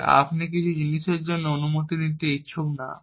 যে আপনি কিছু জিনিসের জন্য অনুমতি দিতে ইচ্ছুক না